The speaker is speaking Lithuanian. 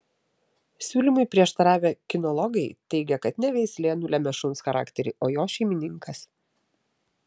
siūlymui prieštaravę kinologai teigia kad ne veislė nulemia šuns charakterį o jo šeimininkas